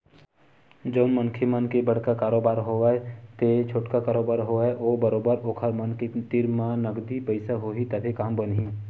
जउन मनखे मन के बड़का कारोबार होवय ते छोटका कारोबार होवय बरोबर ओखर मन के तीर म नगदी पइसा होही तभे काम बनही